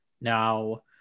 Now